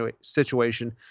situation